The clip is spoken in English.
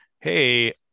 hey